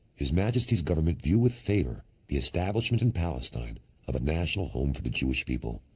his majesty's government viewed with favor the establishment in palestine of a national home for the jewish people,